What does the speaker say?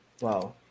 Wow